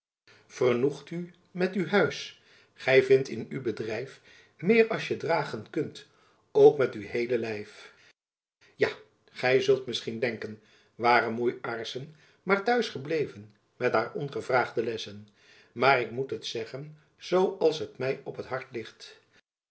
vernought u met u huys ghy vint in u bedrijf meer als je dragen kunt ook met u heele lijf ja gy zult misschien denken ware moei aarssen maar t'huis gebleven met haar ongevraagde lessen maar ik moet het zeggen zoo als t my op t hart ligt